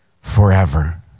forever